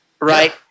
Right